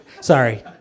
Sorry